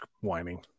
whining